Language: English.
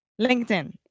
LinkedIn